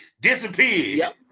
Disappeared